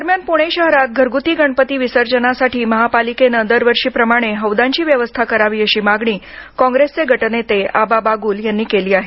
दरम्यान पुणे शहरात घरगुती गणपती विसर्जनासाठी महापालिकेने दरवर्षीप्रमाणे हौदाची व्यवस्था करावी अशी मागणी काँग्रेसचे गटनेते आबा बागुल यांनी केली आहे